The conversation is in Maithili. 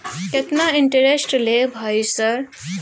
केतना इंटेरेस्ट ले भाई सर?